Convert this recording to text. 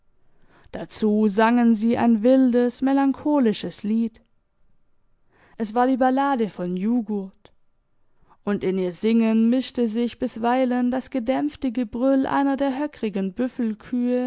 dazu sangen sie ein wildes melancholisches lied es war die ballade von juggurt und in ihr singen mischte sich bisweilen das gedämpfte gebrüll einer der